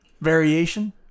variation